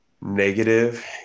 negative